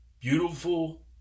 Beautiful